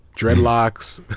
dreadlocks,